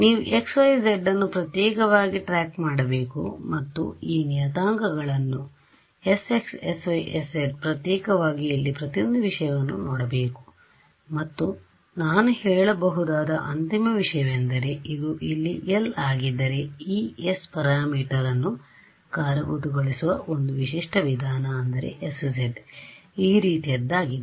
ನೀವು x y z ಅನ್ನು ಪ್ರತ್ಯೇಕವಾಗಿ ಟ್ರ್ಯಾಕ್ ಮಾಡಬೇಕು ಮತ್ತು ಈ ನಿಯತಾಂಕಗಳನ್ನು sx sy sz ಪ್ರತ್ಯೇಕವಾಗಿ ಇಲ್ಲಿ ಪ್ರತಿಯೊಂದು ವಿಷಯವನ್ನು ನೋಡಬೇಕು ಮತ್ತು ನಾನು ಹೇಳಬಹುದಾದ ಅಂತಿಮ ವಿಷಯವೆಂದರೆ ಇದು ಇಲ್ಲಿ L ಆಗಿದ್ದರೆ ಈ S ಪ್ಯಾರಾಮೀಟರ್ಅನ್ನು ಕಾರ್ಯಗತಗೊಳಿಸುವ ಒಂದು ವಿಶಿಷ್ಟ ವಿಧಾನ ಅಂದರೆ sz ಈ ರೀತಿಯದ್ದಾಗಿದೆ